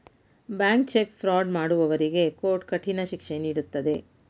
bank cheque fraud ಮಾಡುವವರಿಗೆ court ಕಠಿಣ ಶಿಕ್ಷೆ ನೀಡುತ್ತದೆ